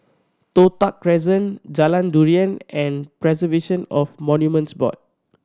Toh Tuck Crescent Jalan Durian and Preservation of Monuments Board